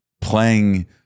playing